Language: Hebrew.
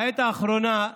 בעת האחרונה,